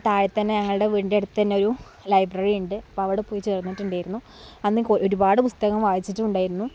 ഇവിടെ താഴെത്തന്നെ ഞങ്ങളുടെ വീടിന്റെ അടുത്തു തന്നെ ഒരു ലൈബ്രറി ഉണ്ട് അപ്പോൾ അവിടെ പോയി ചേര്ന്നിട്ടുണ്ടായിരുന്നു അന്ന് ഒരുപാട് പുസ്തകങ്ങള് വായിച്ചിട്ടുമുണ്ടായിരുന്നു